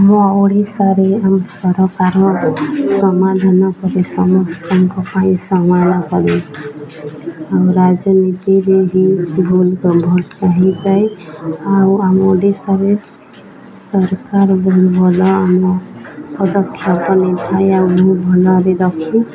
ଆମ ଓଡ଼ିଶାରେ ଆମ ସରକାର ସମାଧାନ କରି ସମସ୍ତଙ୍କ ପାଇଁ ସମାନ କରି ଆଉ ରାଜନୀତିରେ ହି ଭୁଲ ଭୋଟ କହିଯାଏ ଆଉ ଆମ ଓଡ଼ିଶାରେ ସରକାର ଭଲ ଆମ ପଦକ୍ଷେପ ନେଇଥାଏ ଆଉ ବହୁ ଭଲରେ ରଖି